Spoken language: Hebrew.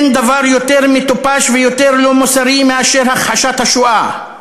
אין דבר יותר מטופש ויותר לא מוסרי מהכחשת השואה.